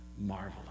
marvelous